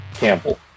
Campbell